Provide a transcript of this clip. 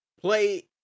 play